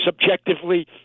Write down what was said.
subjectively